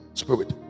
spirit